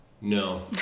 no